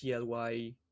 PLY